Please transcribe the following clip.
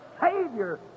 Savior